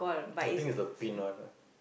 I think is the pin one ah